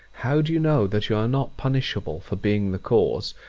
how do you know that you are not punishable for being the cause,